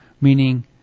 Meaning